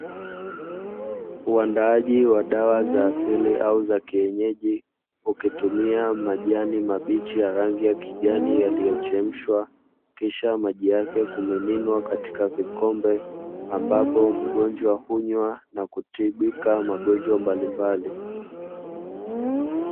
Uandaaji wa dawa za asilia za kienyeji ukitumia majani mabichi ya rangi ya kijani yaliyochemshwa kisha maji yake kumiminwa katika vikombe, ambapo mgonjwa hunywa na kutibika magonjwa mbalimbali.